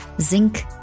zinc